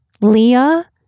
leah